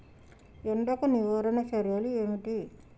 ఎండకు నివారణ చర్యలు ఏమిటి?